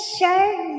Shirt